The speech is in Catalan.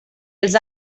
els